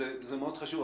זה מאוד חשוב.